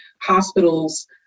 hospitals